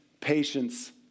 patience